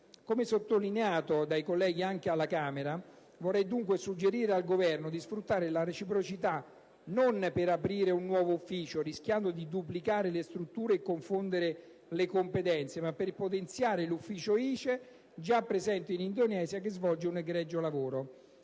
Come sottolineato anche dai colleghi alla Camera, vorrei dunque suggerire al Governo di sfruttare la reciprocità non per aprire un nuovo ufficio, rischiando di duplicare le strutture e confondere le competenze, ma per potenziare l'ufficio ICE già presente in Indonesia, che svolge un egregio lavoro.